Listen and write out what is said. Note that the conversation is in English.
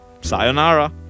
Sayonara